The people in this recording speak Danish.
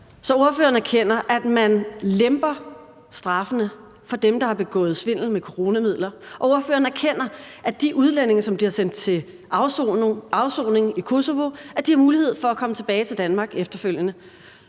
ordføreren erkender, at man lemper straffen for dem, der har begået svindel med coronamidler, og ordføreren erkender, at de udlændinge, som bliver sendt til afsoning i Kosovo, har mulighed for at komme tilbage til Danmark efterfølgende.